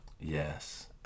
Yes